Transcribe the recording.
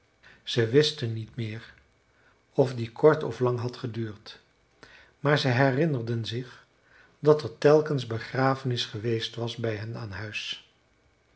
ze wisten niet meer of die kort of lang had geduurd maar ze herinnerden zich dat er telkens begrafenis geweest was bij hen aan huis